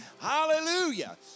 Hallelujah